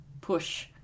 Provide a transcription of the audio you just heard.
push